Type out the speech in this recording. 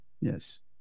Yes